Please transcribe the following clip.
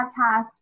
podcast